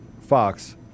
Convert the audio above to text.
Fox